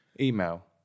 email